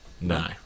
No